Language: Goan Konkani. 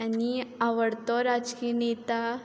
आनी आवडतो राजकीय नेता